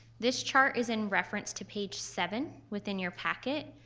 this chart is in reference to page seven within your packet.